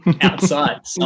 outside